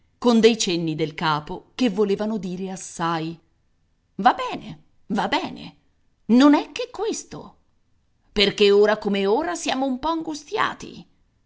con dei cenni del capo che volevano dire assai va bene va bene non è che questo perché ora come ora siamo un po angustiati